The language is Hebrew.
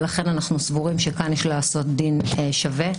ולכן אנחנו סבורים שכאן יש לעשות דין שווה.